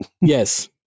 Yes